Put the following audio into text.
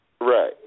Right